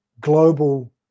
global